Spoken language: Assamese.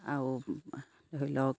আৰু ধৰি লওক